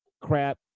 crap